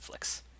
Netflix